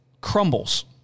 crumbles